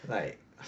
like